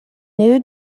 new